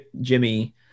jimmy